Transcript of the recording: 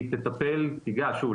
שוב,